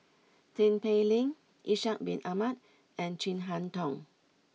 Tin Pei Ling Ishak bin Ahmad and Chin Harn Tong